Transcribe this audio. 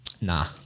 Nah